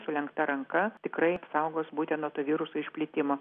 sulenkta ranka tikrai apsaugos būtent nuo to viruso išplitimo